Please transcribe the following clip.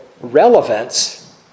relevance